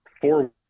four